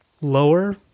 lower